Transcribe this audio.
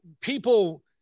people